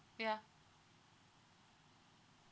ya